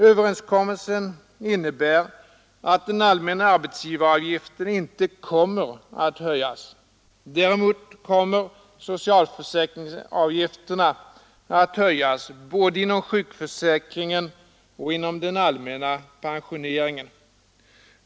Överenskommelsen innebär att den allmänna arbetsgivaravgiften inte kommer att höjas. Däremot kommer socialförsäkringsavgifterna att höjas — både inom sjukförsäkringen och inom den allmänna pensioneringen.